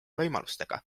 võimalustega